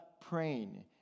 praying